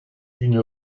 d’une